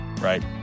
right